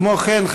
כמו כן,